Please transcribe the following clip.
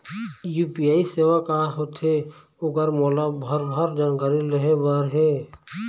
UPI सेवा का होथे ओकर मोला भरभर जानकारी लेहे बर हे?